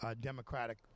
Democratic